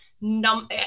num